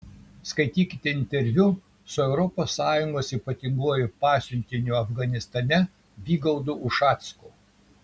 skaitykite interviu su europos sąjungos ypatinguoju pasiuntiniu afganistane vygaudu ušacku